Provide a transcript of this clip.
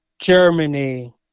Germany